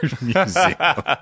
Museum